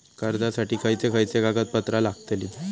कर्जासाठी खयचे खयचे कागदपत्रा लागतली?